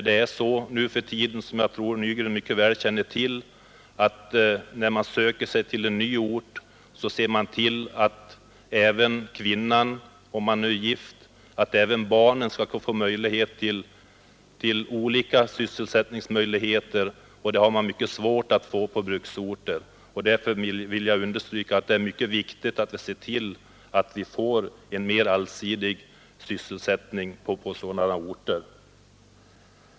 När man nu för tiden — och det tror jag herr Nygren väl känner till — söker sig till en ny ort vill man, om man är gift, att även hustrun och barnen får möjlighet till sysselsättning, och det är mycket svårt på bruksorter. Därför är det viktigt att vi ser till att det blir en mer allsidig sysselsättning på sådana orter.